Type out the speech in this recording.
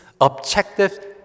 objective